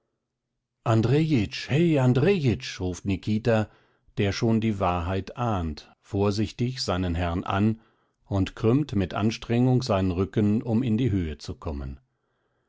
andrejitsch ruft nikita der schon die wahrheit ahnt vorsichtig seinen herrn an und krümmt mit anstrengung seinen rücken um in die höhe zu kommen